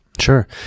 Sure